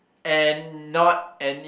and not any